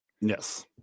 Yes